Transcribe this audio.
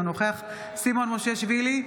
אינו נוכח סימון מושיאשוילי,